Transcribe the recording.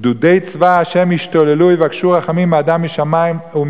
גדודי צבא השם ישתוללו, יבקשו רחמים מאדם ומשמים.